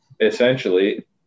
essentially